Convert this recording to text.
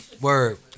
word